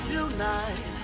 unite